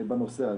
בנושא.